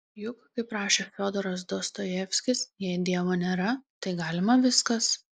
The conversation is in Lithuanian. juk kaip rašė fiodoras dostojevskis jei dievo nėra tai galima viskas